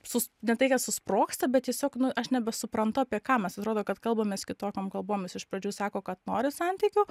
sus ne tai kad susprogsta bet tiesiog nu aš nebesuprantu apie ką mes atrodo kad kalbamės kitokiom kalbom jis iš pradžių sako kad nori santykių